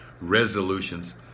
resolutions